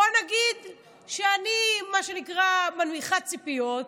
בואו נגיד שאני, מה שנקרא, מנמיכה ציפיות,